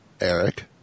Eric